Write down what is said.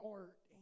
art